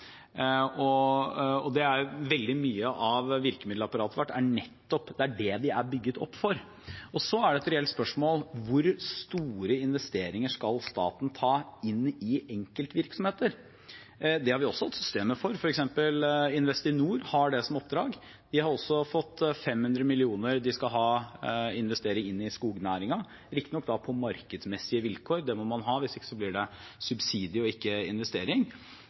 Veldig mye av virkemiddelapparatet vårt er bygget opp for nettopp det. Så er det et reelt spørsmål hvor store investeringer staten skal ha i enkeltvirksomheter. Det har vi også hatt systemer for. Investinor har f.eks. det som oppdrag. De har også fått 500 mill. kr de skal investere i skognæringen, riktignok på markedsmessige vilkår – det må man ha, ellers blir det subsidier og ikke investering